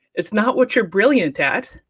it's not what you're brilliant at,